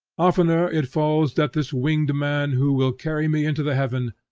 oftener it falls that this winged man, who will carry me into the heaven,